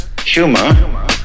humor